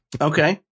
Okay